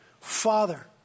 Father